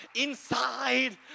inside